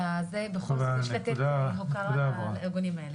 בכל זאת יש לתת הוקרה לארגונים האלה.